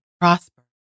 prosper